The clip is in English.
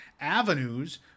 avenues